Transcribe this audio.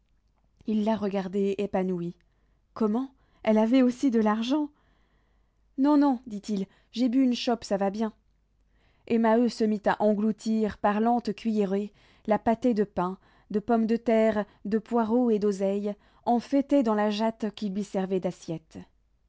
il la regardait épanoui comment elle avait aussi de l'argent non non dit-il j'ai bu une chope ça va bien et maheu se mit à engloutir par lentes cuillerées la pâtée de pain de pommes de terre de poireaux et d'oseille enfaîtée dans la jatte qui lui servait d'assiette